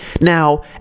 Now